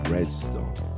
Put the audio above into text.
Redstone